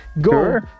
go